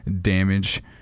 damage